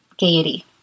gaiety